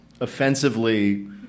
offensively